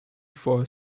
for